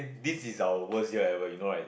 this is our worst right well you know right